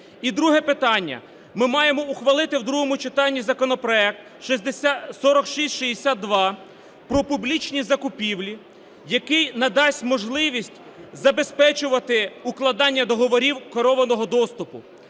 І друге питання. Ми маємо ухвалити в другому читанні законопроект 4662 про публічні закупівлі, який надасть можливість забезпечувати укладання договорів керованого доступу.